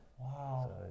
Wow